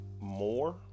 more